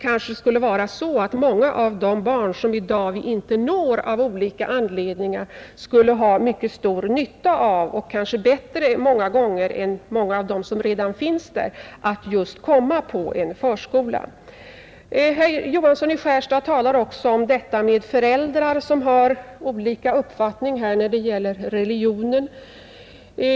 Kanske många av de barn som vi i dag inte når av olika anledningar skulle ha mycket stor nytta av att komma på en lekskola — kanske ha större nytta av det än flera av dem som redan finns där, Herr Johansson i Skärstad talar också om föräldrar som har olika uppfattningar när det gäller religionen.